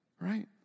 right